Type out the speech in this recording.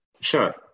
Sure